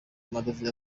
amadovize